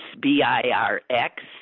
B-I-R-X